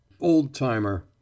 Old-timer